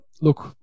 look